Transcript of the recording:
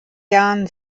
jahren